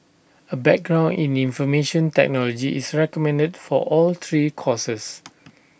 A background in information technology is recommended for all three courses